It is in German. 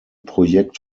projekt